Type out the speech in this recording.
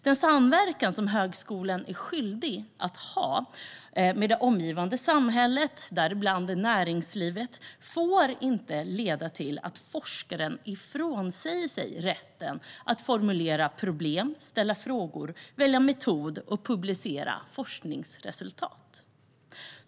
Den samverkan som högskolan är skyldig att ha med det omgivande samhället, däribland näringslivet, får inte leda till att forskare frånsäger sig rätten att formulera problem, ställa frågor, välja metoder och publicera forskningsresultat.